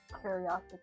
curiosity